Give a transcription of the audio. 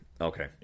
okay